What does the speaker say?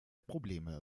probleme